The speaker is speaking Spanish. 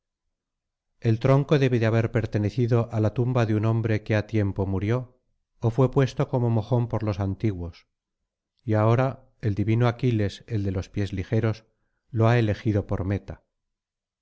el tronco debe de haber pertenecido á la tumba de un hombre que ha tiempo murió ó fué puesto como mojón por los antiguos y ahora el divino aquiles el de los pies ligeros lo ha elegido por meta